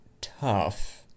tough